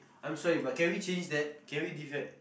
I'm sorry but can we change that can we leave that